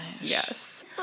Yes